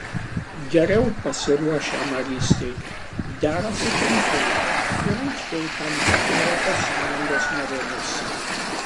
geriau pasiruošę narystei derasi trumpiau ir anksčiau tampa europos sąjungos narėmis